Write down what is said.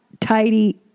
tidy